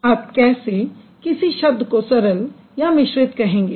आप कैसे किसी शब्द को सरल या मिश्रित कहेंगे